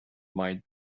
might